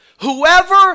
Whoever